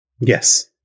Yes